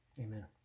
amen